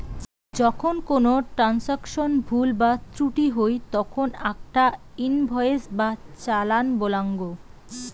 যখন কোনো ট্রান্সাকশনে ভুল বা ত্রুটি হই তখন আকটা ইনভয়েস বা চালান বলাঙ্গ